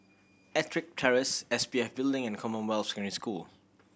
Ettrick Terrace S P F Building and Commonwealth Secondary School